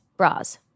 Bras